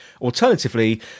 Alternatively